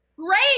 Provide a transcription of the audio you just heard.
Great